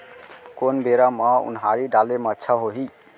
कोन बेरा म उनहारी डाले म अच्छा होही?